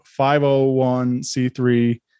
501C3